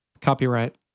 Copyright